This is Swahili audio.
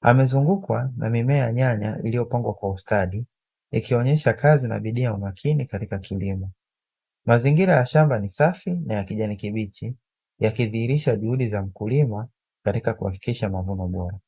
Amezungukwa na mimea ya nyanya iliyopangwa kwa ustadi, ikionyesha kazi na umakini katika kilimo. Mazingira ya shamba ni safi na ya kijani kibichi, yakidhiirisha juhudi za mkulima katika kuhakikisha mavuno bora.